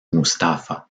mustafa